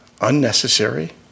unnecessary